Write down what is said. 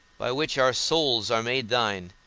by which our souls are made thine,